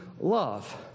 love